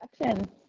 Action